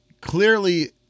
Clearly